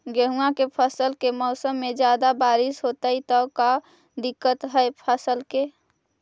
गेहुआ के फसल के मौसम में ज्यादा बारिश होतई त का दिक्कत हैं फसल के?